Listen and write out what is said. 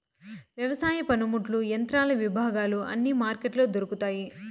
వ్యవసాయ పనిముట్లు యంత్రాల విభాగాలు అన్ని మార్కెట్లో దొరుకుతాయి